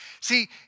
See